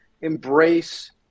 Embrace